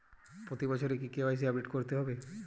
প্রতি বছরই কি কে.ওয়াই.সি আপডেট করতে হবে?